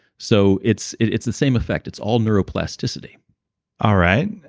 so it's it's the same effect. it's all neuroplasticity all right.